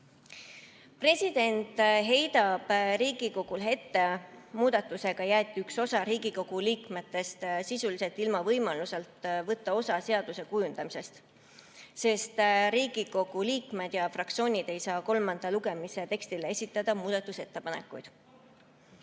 President heidab Riigikogule ette, et muudatusega jäeti üks osa Riigikogu liikmetest sisuliselt ilma võimalusest võtta osa seaduse kujundamisest, sest Riigikogu liikmed ja fraktsioonid ei saa kolmanda lugemise teksti kohta esitada muudatusettepanekuid.